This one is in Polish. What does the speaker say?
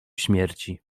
śmierci